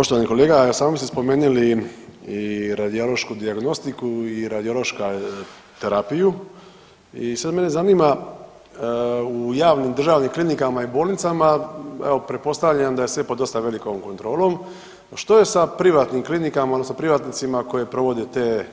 Poštovani kolega, evo sami ste spomenuli i radiološku dijagnostiku i radiološka terapiju i sad mene zanima u javnim državnim klinikama i bolnicama evo pretpostavljam da je sve pod dosta velikom kontrolom, što je sa privatnim klinikama odnosno privatnicima koji provode te